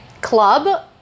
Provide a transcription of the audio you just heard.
club